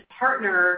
partner